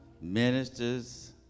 ministers